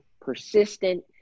persistent